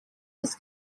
was